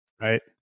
Right